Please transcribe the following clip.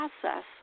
process